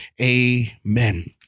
amen